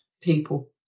people